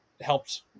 helped